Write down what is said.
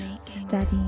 steady